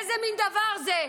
איזה מין דבר זה?